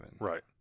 Right